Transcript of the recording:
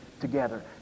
together